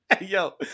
yo